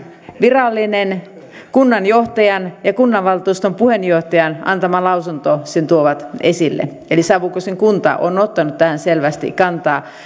virallinen kunnanjohtajan ja kunnanvaltuuston puheenjohtajan antama lausunto sen tuo esille eli savukosken kunta on ottanut tähän selvästi kantaa